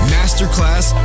Masterclass